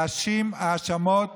להאשים בהאשמות